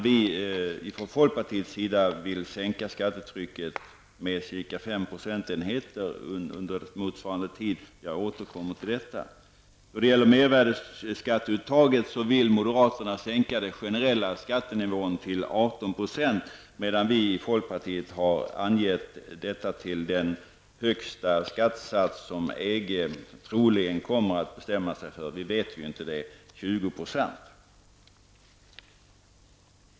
Vi i folkpartiet vill sänka skattetrycket med ca 5 procentenheter under motsvarande tid. Jag återkommer till detta. När det gäller uttaget av mervärdesskatt vill moderaterna skänka den generella skattenivån till 18 % medan vi i folkpartiet har angett den högsta skattesats som EG troligen kommer att bestämma sig för -- vi vet ju inte det -- nämligen 20 %.